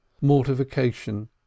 mortification